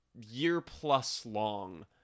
year-plus-long